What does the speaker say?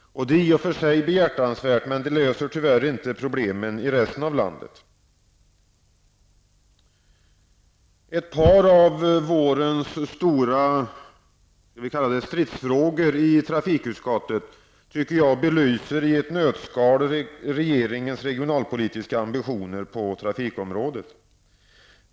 Det är i och för sig behjärtansvärt, men det löser tyvärr inte problemen i resten av landet. Ett par av vårens stora ''stridsfrågor'' i trafikutskottet belyser som i ett nötskal regeringens regionalpolitiska ambitioner på trafikområdet.